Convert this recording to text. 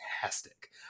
fantastic